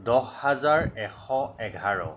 দহ হাজাৰ এশ এঘাৰ